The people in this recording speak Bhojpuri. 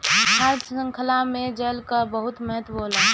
खाद्य शृंखला में जल कअ बहुत महत्व होला